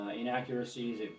inaccuracies